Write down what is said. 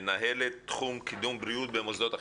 מנהלת תחום קידום בריאות במוסדות החינוך.